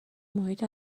محیط